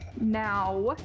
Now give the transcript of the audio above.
now